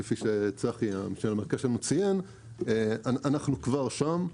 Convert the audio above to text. כפי שציין צחי, המשנה למנכ"ל שלנו, אנחנו כבר שם.